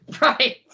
Right